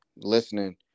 listening